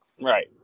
Right